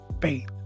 faith